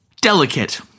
delicate